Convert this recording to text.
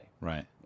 Right